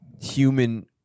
human